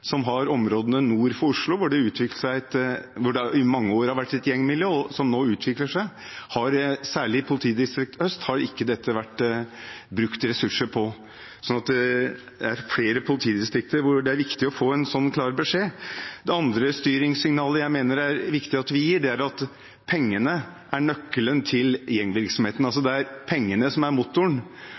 som har områdene nord for Oslo, hvor det i mange år har vært et gjengmiljø, som nå utvikler seg – har det ikke vært brukt ressurser på dette. Det er viktig at flere politidistrikter får en sånn klar beskjed. Det andre styringssignalet jeg mener det er viktig at vi gir, er at pengene er nøkkelen til gjengvirksomheten. Det er pengene som er motoren.